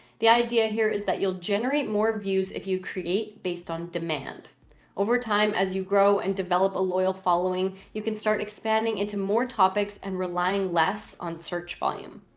the idea here is that you'll generate more views if you create based on demand over time as you grow and develop a loyal following, you can start expanding into more topics and relying less on search volume.